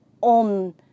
on